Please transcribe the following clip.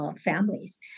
families